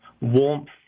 warmth